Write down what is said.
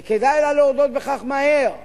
וכדאי לה להודות בכך מהר ולומר: